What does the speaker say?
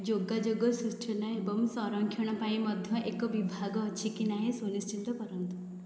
ଯୋଗାଯୋଗ ସୂଚନା ଏବଂ ସଂରକ୍ଷଣ ପାଇଁ ମଧ୍ୟ ଏକ ବିଭାଗ ଅଛି କି ନାହିଁ ସୁନିଶ୍ଚିତ କରନ୍ତୁ